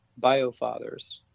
biofathers